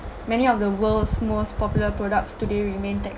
many of the world's most popular products today remain te~